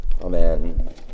Amen